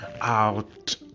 out